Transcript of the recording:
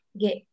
get